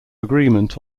agreement